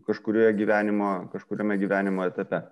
kažkurioje gyvenimo kažkuriame gyvenimo etape